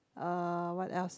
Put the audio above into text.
uh what else